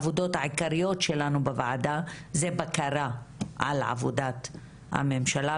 העיקריות שלנו בוועדה זה בקרה על עבודת הממשלה,